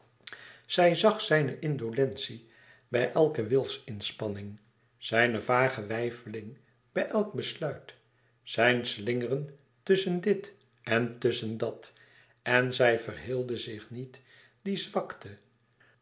zij zag zijne indolentie bij elke wilsinspanning zijne vage weifeling bij elk besluit zijn slingeren tusschen dit en tusschen dat en zij verheelde zich niet die zwakte